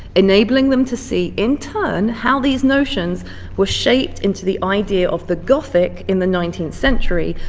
enabling them to see in turn how these notions were shaped into the idea of the gothic in the nineteenth century,